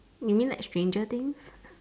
you mean like stranger things